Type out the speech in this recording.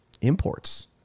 imports